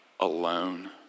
Alone